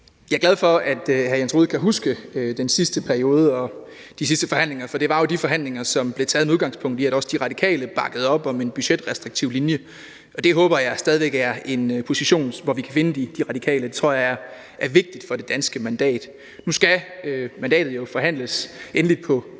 Jeg er glad for, at hr. Jens Rohde kan huske den sidste periode og de sidste forhandlinger. For det var jo de forhandlinger, som blev taget med udgangspunkt i, at også De Radikale bakkede op om en budgetrestriktiv linje, og det håber jeg stadig væk er en position, hvor vi kan finde De Radikale. Det tror jeg er vigtigt for det danske mandat. Nu skal mandatet jo forhandles endeligt på